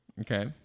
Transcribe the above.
okay